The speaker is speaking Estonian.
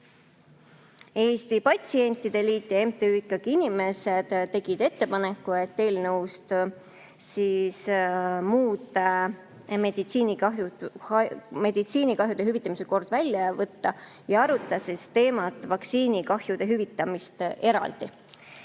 Eesti Patsientide Liit ja MTÜ Ikkagi Inimesed tegid ettepaneku eelnõust muude meditsiinikahjude hüvitamise kord välja võtta ja arutada vaktsiinikahjude hüvitamist eraldi.